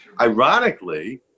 ironically